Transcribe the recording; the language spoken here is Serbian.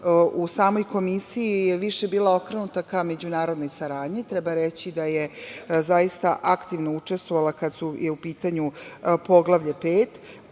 u samoj Komisiji je više bile okrenuta ka međunarodnoj saradnji. Treba reći da je zaista aktivno učestvovala kada je u pitanju Poglavlje 5